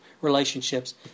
relationships